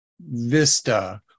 vista